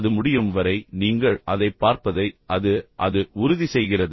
அது முடியும் வரை நீங்கள் அதைப் பார்ப்பதை அது அது உறுதிசெய்கிறது